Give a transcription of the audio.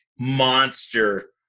monster